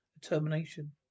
Termination